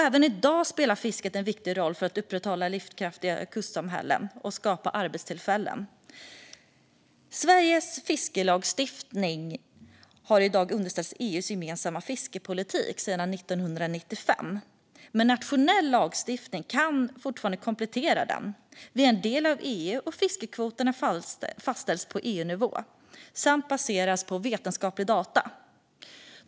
Även i dag spelar fisket en viktig roll för att upprätthålla livskraftiga kustsamhällen och skapa arbetstillfällen. Sveriges fiskelagstiftning har varit underställd EU:s gemensamma fiskeripolitik sedan 1995, men nationell lagstiftning kan fortfarande komplettera den. Vi är en del av EU, och fiskekvoterna fastställs på EU-nivå samt baseras på vetenskapliga data.